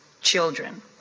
children